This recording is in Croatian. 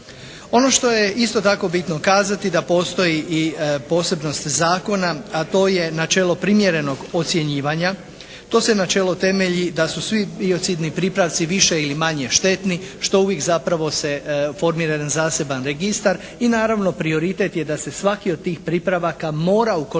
Ono što je isto tako bitno kazati da postoji i posebnost zakona a to je načelo primjerenog ocjenjivanja. To se načelo temelji da su svi biocidni pripravci više ili manje štetni što uvijek zapravo se formira jedan zaseban registar i naravno prioritet je da se svaki od tih pripravaka mora ukoliko